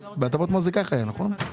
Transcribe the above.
בהטבות מס זה ככה היה, נכון?